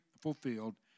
fulfilled